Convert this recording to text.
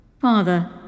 Father